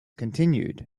continued